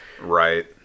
right